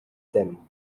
them